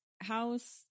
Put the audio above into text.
house